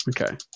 Okay